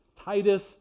Titus